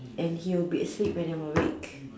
and he'll be asleep when I'm awake